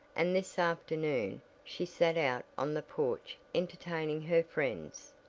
and this afternoon she sat out on the porch entertaining her friends.